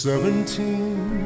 Seventeen